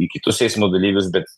į kitus eismo dalyvius bet